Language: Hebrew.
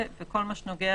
ולא ניתן